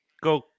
go